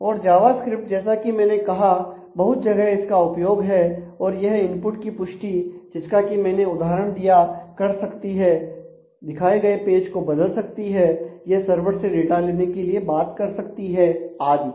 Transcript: और जावास्क्रिप्ट जैसा कि मैंने कहां बहुत जगह इसका उपयोग है और यह इनपुट की पुष्टि जिसका कि मैंने उदाहरण दिया कर सकती है दिखाए गए पेज को बदल सकती है यह सर्वर से डाटा लेने के लिए बात कर सकती है आदि